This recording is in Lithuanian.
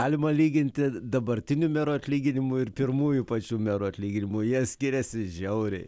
galima lyginti dabartinių merų atlyginimų ir pirmųjų pačių merų atlyginimų jie skiriasi žiauriai